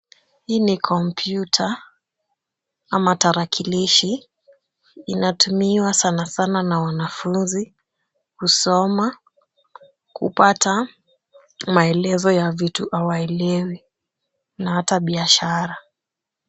Hii ni kompyuta ama tarakilishi. Inatumiwa sana sana na wanafunzi kusoma kupata maelezo ya vitu hawaelewi na hata biashara.